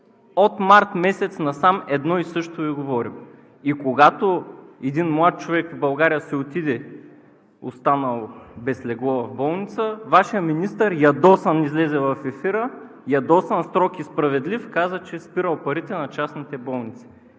От март месец насам едно и също Ви говорим. И когато един млад човек в България си отиде, останал без легло в болница, Вашият министър ядосан излезе в ефира – ядосан, строг и справедлив, каза, че спирал парите на частните болници.